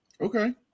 Okay